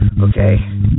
Okay